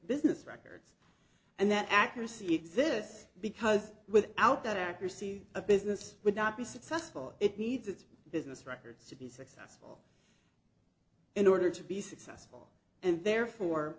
business record and that accuracy exists because without that accuracy a business would not be successful it needs its business records to be success in order to be successful and therefore